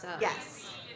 Yes